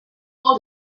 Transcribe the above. all